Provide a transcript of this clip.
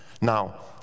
Now